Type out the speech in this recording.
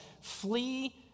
flee